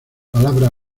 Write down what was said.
palabra